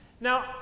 Now